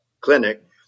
clinic